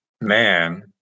man